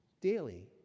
daily